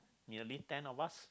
nearly ten of us